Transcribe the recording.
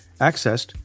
accessed